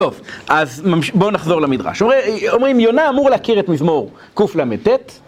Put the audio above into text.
טוב, אז בואו נחזור למדרש, אומרים יונה אמורה להכיר את מזמור קלט